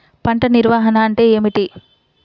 పంట నిర్వాహణ అంటే ఏమిటి?